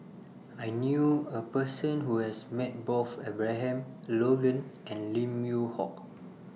I knew A Person Who has Met Both Abraham Logan and Lim Yew Hock